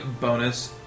bonus